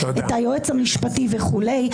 את היועץ המשפטי וכו'.